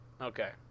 Okay